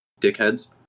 dickheads